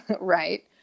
right